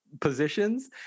positions